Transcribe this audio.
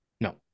No